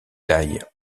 taille